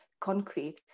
concrete